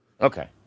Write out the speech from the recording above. Okay